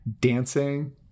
Dancing